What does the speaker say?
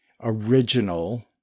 original